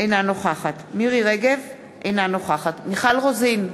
אינה נוכחת מירי רגב, אינה נוכחת מיכל רוזין,